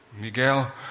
Miguel